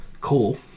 cool